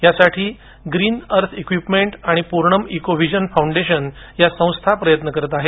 यासाठी green earth equipment आणि Purnam eco vision foundation या संस्था प्रयत्न करत आहेत